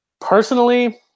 personally